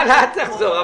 מה תחזור?